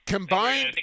Combined